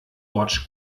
watch